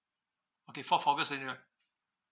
okay fourth august this year